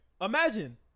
imagine